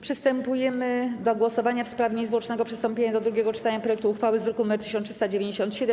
Przystępujemy do głosowania w sprawie niezwłocznego przystąpienia do drugiego czytania projektu uchwały z druku nr 1397.